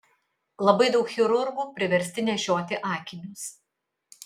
labai daug chirurgų priversti nešioti akinius